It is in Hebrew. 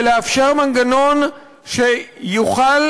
ולאפשר מנגנון שיוכל